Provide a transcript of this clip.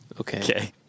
Okay